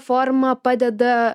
forma padeda